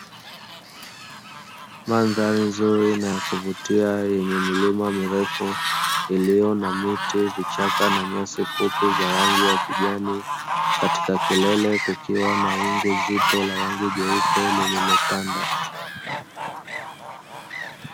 Madhali nzuri na ya kuvutia yenye milima mirefu iliyo na miti, vichaka na nyasi fupi za rangi ya kijani, katika kelele kukiwa na wingu zito la rangi nyeupe lililotanda.